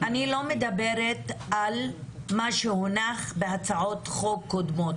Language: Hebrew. אני לא מדברת על מה שהונח בהצעות חוק קודמות.